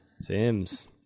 Sims